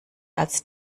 als